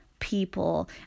People